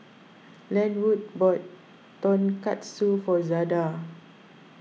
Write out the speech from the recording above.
Lenwood bought Tonkatsu for Zada